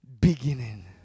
beginning